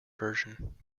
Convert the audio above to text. version